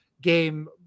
game